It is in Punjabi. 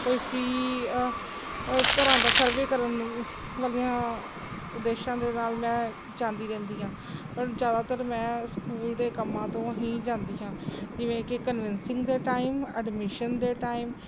ਕੋਈ ਫ੍ਰੀ ਘਰਾਂ ਦਾ ਸਰਵੇ ਕਰਨ ਵਾਲੀਆਂ ਉਦੇਸ਼ਾਂ ਦੇ ਨਾਲ਼ ਮੈਂ ਜਾਂਦੀ ਰਹਿੰਦੀ ਹਾਂ ਪਰ ਜ਼ਿਆਦਾਤਰ ਮੈਂ ਸਕੂਲ ਦੇ ਕੰਮਾਂ ਤੋਂ ਹੀ ਜਾਂਦੀ ਹਾਂ ਜਿਵੇਂ ਕਿ ਕਨਵਿਨਸਿੰਗ ਦੇ ਟਾਈਮ ਐਡਮਿਸ਼ਨ ਦੇ ਟਾਈਮ